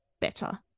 better